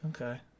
okay